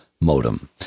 modem